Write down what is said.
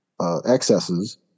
excesses